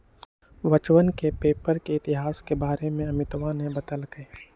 बच्चवन के पेपर के इतिहास के बारे में अमितवा ने बतल कई